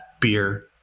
Beer